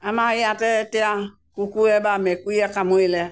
আমাৰ ইয়াতে এতিয়া কুকুৰে বা মেকুৰীয়ে কামুৰিলে